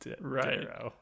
Right